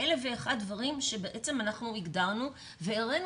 1001 דברים שבעצם אנחנו הגדרנו והראינו